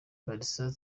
barca